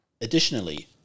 Additionally